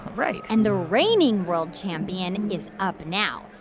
right and the reigning world champion is up now.